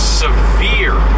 severe